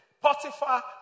Potiphar